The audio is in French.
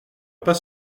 pas